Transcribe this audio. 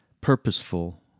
purposeful